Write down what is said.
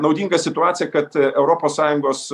naudinga situacija kad europos sąjungos